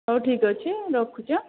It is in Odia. ହେଉ ଠିକ୍ ଅଛି ରଖୁଛି